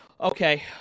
Okay